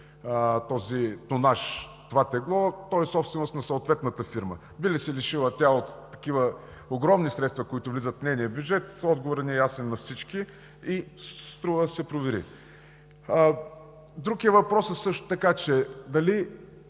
мери това тегло, е собственост на съответната фирма. Би ли се лишила тя от такива огромни средства, които влизат в нейния бюджет? Отговорът е ясен на всички и струва да се провери. Друг е въпросът също така